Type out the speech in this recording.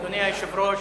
אדוני היושב-ראש,